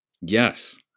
Yes